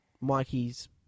Mikey's